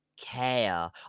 care